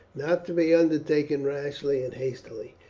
not to be undertaken rashly and hastily,